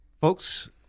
Folks